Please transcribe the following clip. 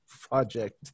project